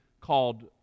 called